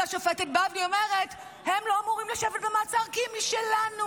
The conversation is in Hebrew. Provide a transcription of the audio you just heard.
אבל השופטת בבלי אומרת הם לא אמורים לשבת במעצר כי הם משלנו.